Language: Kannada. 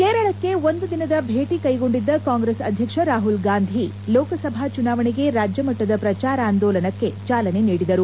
ಕೇರಳಕ್ಕೆ ಒಂದು ದಿನದ ಭೇಟಿ ಕೈಗೊಂಡಿದ್ದ ಕಾಂಗ್ರೆಸ್ ಅಧ್ಯಕ್ಷ ರಾಹುಲ್ ಗಾಂಧಿ ಲೋಕಸಭಾ ಚುನಾವಣೆಗೆ ರಾಜ್ಯಮಟ್ವದ ಪ್ರಚಾರಾಂದೋಲನಕ್ಕೆ ಚಾಲನೆ ನೀಡಿದರು